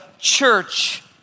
Church